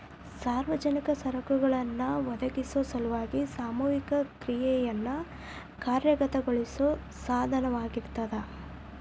ಸಾರ್ವಜನಿಕ ಸರಕುಗಳನ್ನ ಒದಗಿಸೊ ಸಲುವಾಗಿ ಸಾಮೂಹಿಕ ಕ್ರಿಯೆಯನ್ನ ಕಾರ್ಯಗತಗೊಳಿಸೋ ಸಾಧನವಾಗಿರ್ತದ